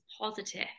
positive